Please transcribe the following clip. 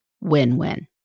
win-win